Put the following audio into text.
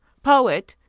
poet!